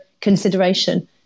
consideration